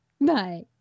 Bye